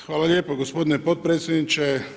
Hvala lijepo gospodine potpredsjedniče.